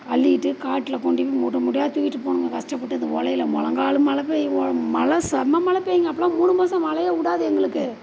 அள்ளிகிட்டு காட்டில் கொண்டி போய் மூட்டை மூட்டையாக தூக்கிட்டு போகணுங்க கஷ்டப்பட்டு அந்த ஒடையில முழங்காலு மழை பெய்யும் ஒல மழை செம மழை பெய்யுங்க அப்போல்லாம் மூணு மாதம் மழையே விடாது எங்களுக்கு